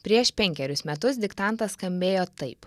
prieš penkerius metus diktantas skambėjo taip